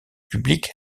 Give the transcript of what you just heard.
public